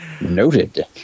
Noted